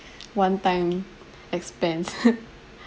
one time expense